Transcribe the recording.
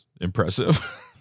impressive